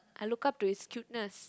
I look up to his cuteness